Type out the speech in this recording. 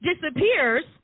disappears